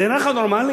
זה נראה לך נורמלי?